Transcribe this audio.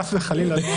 חס וחלילה.